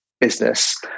business